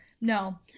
no